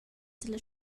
dalla